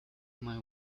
may